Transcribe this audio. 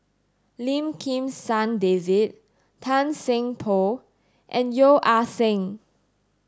Lim Kim San David Tan Seng Poh and Yeo Ah Seng